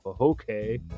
okay